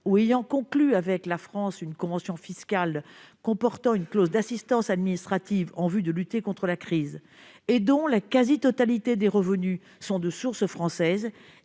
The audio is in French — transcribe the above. ayant conclu avec la France une convention fiscale comportant une clause d'assistance administrative en vue de lutter contre la fraude ou l'évasion fiscale, dont la quasi-totalité des revenus est de source française,